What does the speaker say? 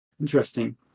Interesting